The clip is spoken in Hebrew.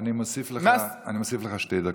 אני מוסיף לך שתי דקות.